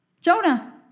Jonah